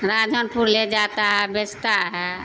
راجا پور لے جاتا ہے بیچتا ہے